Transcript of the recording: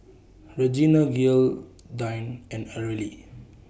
Regina Gearldine and Areli